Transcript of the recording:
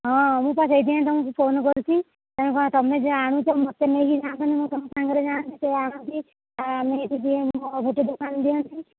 ହଁ ମୁଁ ପା ସେଇଥିପାଇଁ ତମକୁ ଫୋନ୍ କରୁଛି ତେଣୁ କ'ଣ ତମେ ଯୋଉ ଆଣୁଛ ମୋତେ ନେଇକି ଯାଆନ୍ତନି ମୁଁ ତମ ସାଙ୍ଗରେ ଯାଆନ୍ତି ସେ ଆଣନ୍ତି ନେଇକିି ମୋର ଗୋଟେ ଦୋକାନ ଦିଅନ୍ତି